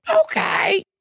Okay